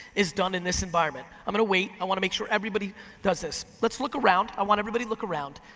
is done in this environment. i'm gonna wait, i wanna make sure everybody does this. let's look around, i want everybody look around.